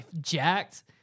jacked